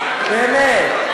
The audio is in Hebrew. באמת?